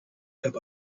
cup